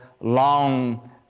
long